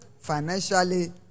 financially